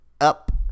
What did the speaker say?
up